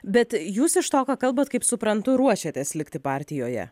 bet jūs iš to ką kalbat kaip suprantu ruošiatės likti partijoje